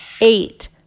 eight